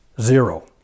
Zero